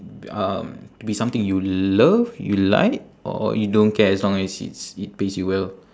um to be something you love you like or you don't care as long as it's it pays you well